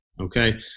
Okay